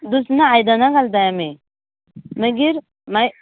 ना आयदना घालताय आमी मागीर आमी